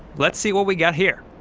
let's see what we got here.